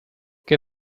qué